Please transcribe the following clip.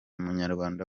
munyarwanda